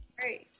Great